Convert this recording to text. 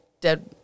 dead